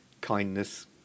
kindness